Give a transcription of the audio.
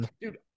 Dude